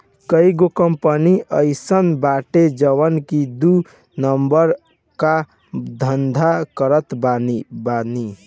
कईगो कंपनी अइसन बाड़ी जवन की दू नंबर कअ धंधा करत बानी